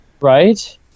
Right